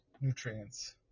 nutrients